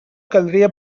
caldria